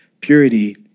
Purity